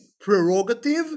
prerogative